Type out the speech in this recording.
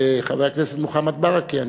וחבר הכנסת מוחמד ברכה,